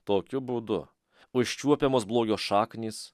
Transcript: tokiu būdu užčiuopiamos blogio šaknys